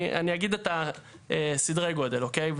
אני אגיד את סדרי הגודל, אוקיי?